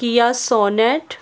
Kia sonnet